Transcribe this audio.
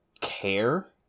care